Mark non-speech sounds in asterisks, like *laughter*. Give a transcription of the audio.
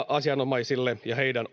*unintelligible* asianomaisten ja ja heidän *unintelligible*